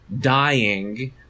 dying